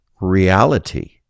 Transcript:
reality